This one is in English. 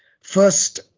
First